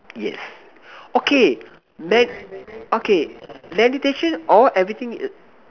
yes okay med okay meditation all everything